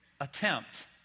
attempt